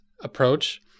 approach